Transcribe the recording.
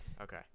Okay